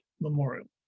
memorial